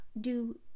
Do